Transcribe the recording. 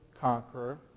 conqueror